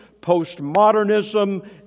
postmodernism